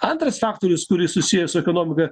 antras faktorius kuris susijęs su ekonomika